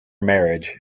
marriage